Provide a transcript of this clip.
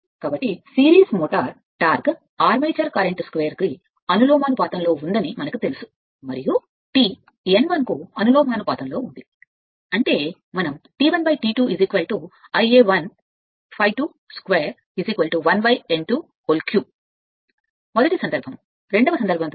కాబట్టి series motor torque కోసం armature current 2 కు అనులోమానుపాతంలో ఉందని మనకు తెలుసు మరియు T n 3 కు అనులోమానుపాతంలో ఉంది అంటే మనం T1 T2 ∅1 ∅22 1 n2 3 మొదటి సందర్భం రెండవ సందర్భం ద్వారా వ్రాయవచ్చు